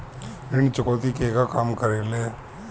ऋण चुकौती केगा काम करेले?